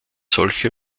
solche